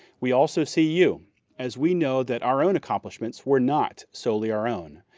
we also see you as we know that our own accomplishments were not solely our own,